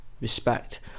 respect